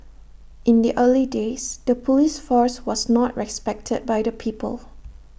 in the early days the Police force was not respected by the people